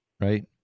Right